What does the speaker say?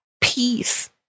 peace